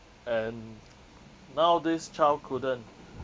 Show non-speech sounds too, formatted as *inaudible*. and *noise* now this child couldn't